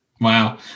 Wow